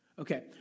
Okay